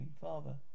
father